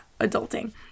adulting